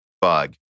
bug